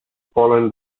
following